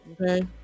okay